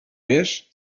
wiesz